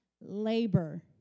labor